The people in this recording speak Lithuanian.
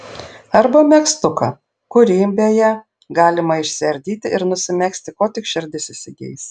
arba megztuką kurį beje galima išsiardyti ir nusimegzti ko tik širdis įsigeis